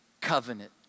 covenant